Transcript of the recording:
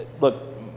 look